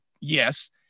Yes